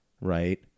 right